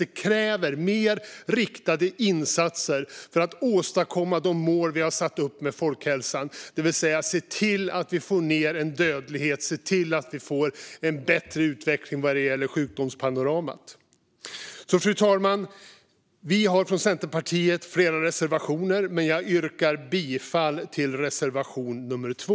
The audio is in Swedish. Det krävs mer riktade insatser för att nå de mål för folkhälsan som vi har satt upp, att få ned dödligheten och att få en bättre utveckling vad gäller sjukdomspanoramat. Fru talman! Vi har från Centerpartiet flera reservationer, men jag yrkar bifall bara till reservation nummer 2.